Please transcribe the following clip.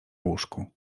łóżku